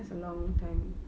that's a long time